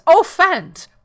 offend